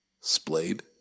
splayed